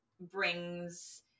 brings